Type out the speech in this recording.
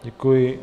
Děkuji.